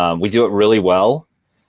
um we do it really well.